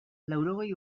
laurogei